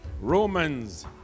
Romans